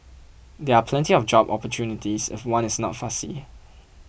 there are plenty of job opportunities if one is not fussy